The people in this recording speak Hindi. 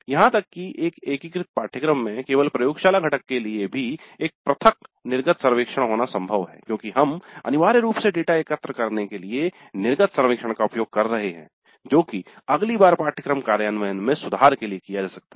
यहाँ तक की एक एकीकृत पाठ्यक्रम में केवल प्रयोगशाला घटक के लिए भी एक पृथक निर्गत सर्वेक्षण होना संभव है क्योंकि हम अनिवार्य रूप से डेटा एकत्र करने के लिए निर्गत सर्वेक्षण का उपयोग कर रहे हैं जो की अगली बार पाठ्यक्रम कार्यान्वयन में सुधार के लिए किया जा सकता है